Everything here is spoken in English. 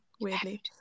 Weirdly